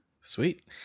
Sweet